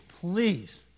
please